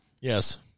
Yes